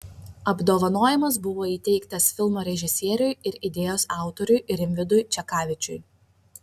apdovanojimas buvo įteiktas filmo režisieriui ir idėjos autoriui rimvydui čekavičiui